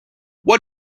what